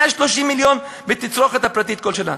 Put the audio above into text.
130 מיליון בתצרוכת הפרטית כל שנה.